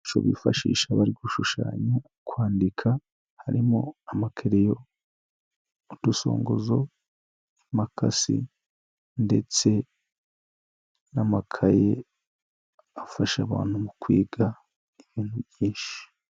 Ibikoresho bifashisha bari gushushanya, kwandika, harimo amakereyo, udusonguzo, imakasi ndetse n'amakaye, afasha abantu mu kwiga ibintu byinshi.